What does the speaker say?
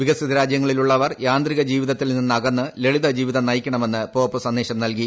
വികസിതരാജ്യങ്ങളിലുള്ളവർ യാന്ത്രികജീവിതത്തിൽ നിന്നകന്ന് ലളിത ജീവിതം നയിക്കണമെന്ന് പോപ്പ് സന്ദേശം നൽകി